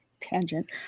tangent